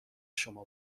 شما